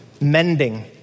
mending